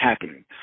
happening